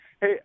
hey –